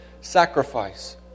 sacrifice